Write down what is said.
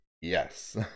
yes